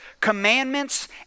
commandments